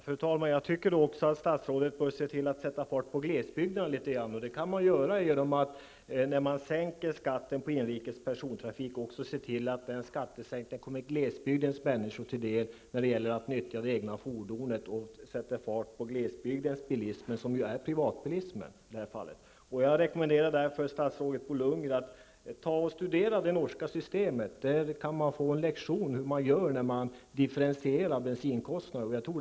Fru talman! Jag tycker att statsrådet bör se till att sätta fart på glesbygden. Det kan man göra på så sätt att man när skatten sänks på inrikes persontrafik också ser till att den skattesänkningen kommer glesbygdens människor till del när det gäller att utnyttja det egna fordonet. Att sätta fart på glesbygdsbilismen är att sätta fart på privatbilismen. Jag rekommenderar statsrådet Bo Lundgren att studera det norska systemet. Där går det att få en lektion i hur man skapar differentierade bensinkostnader.